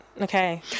Okay